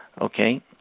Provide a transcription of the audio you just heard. Okay